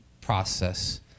process